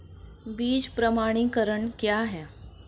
बीज प्रमाणीकरण क्या है?